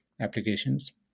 applications